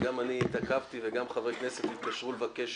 וגם אני התעכבתי וגם חברי כנסת התקשרו לבקש